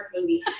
movie